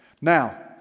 Now